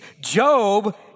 Job